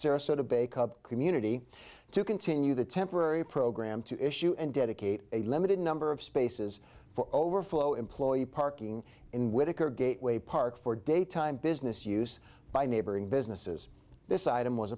sarasota baker community to continue the temporary program to issue and dedicate a limited number of spaces for overflow employee parking in whittaker gateway park for daytime business use by neighboring businesses this item was